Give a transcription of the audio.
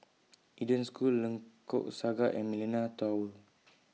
Eden School Lengkok Saga and Millenia Tower